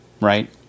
right